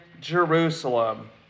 Jerusalem